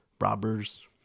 robbers